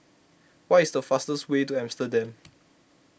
what is the fastest way to Amsterdam